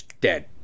dead